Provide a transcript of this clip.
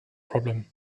problem